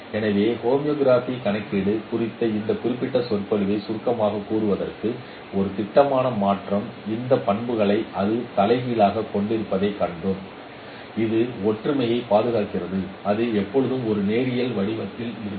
எனவே ஹோமோகிராஃபி கணக்கீடு குறித்த இந்த குறிப்பிட்ட சொற்பொழிவை சுருக்கமாகக் கூறுவதற்கு ஒரு திட்டவட்டமான மாற்றம் இந்த பண்புகளை அது தலைகீழாகக் கொண்டிருப்பதைக் கண்டோம் அது ஒற்றுமையைப் பாதுகாக்கிறது அது எப்போதும் ஒரு நேரியல் வடிவத்தில் இருக்கும்